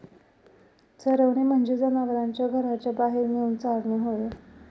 चरवणे म्हणजे जनावरांना घराच्या बाहेर नेऊन चारणे होय